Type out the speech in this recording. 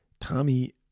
Tommy